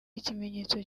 ikimenyetso